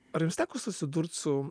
ar jums teko susidurt su